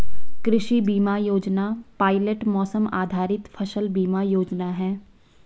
कृषि बीमा योजना पायलट मौसम आधारित फसल बीमा योजना है